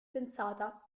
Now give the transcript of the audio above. pensata